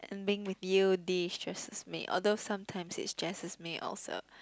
and being with you destresses me although sometimes it stresses me also